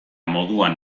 moduan